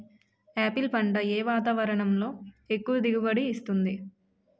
Apple పంట ఏ వాతావరణంలో ఎక్కువ దిగుబడి ఇస్తుంది?